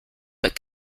but